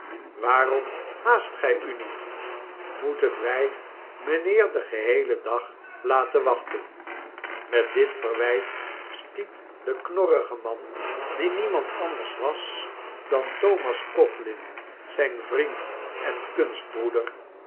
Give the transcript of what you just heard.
waarom haast gij u niet moeten wij mijnheer den geheelen dag laten wachten met dit verwijt stiet de knorrige man die niemand anders was dan thomas codlin zijn vriend en